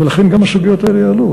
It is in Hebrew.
ולכן גם הסוגיות האלה יעלו.